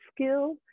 skill